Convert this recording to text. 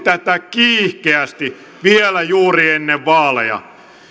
tätä kiihkeästi vielä juuri ennen vaaleja